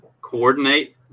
coordinate